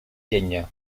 llenya